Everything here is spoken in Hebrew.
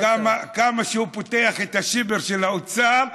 וכמה שהוא פותח את השיבר של האוצר,